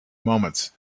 moments